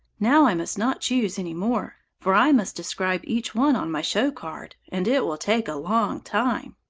now i must not choose any more, for i must describe each one on my show-card, and it will take a long time.